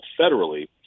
federally